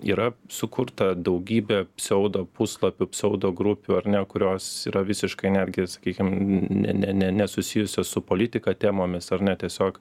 yra sukurta daugybė pseudopuslapių pseudogrupių ar ne kurios yra visiškai netgi sakykim ne ne ne nesusijusios su politika temomis ar ne tiesiog